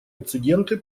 инциденты